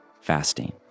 Fasting